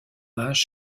hommage